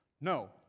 No